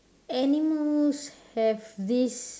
animals have this